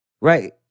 Right